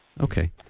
Okay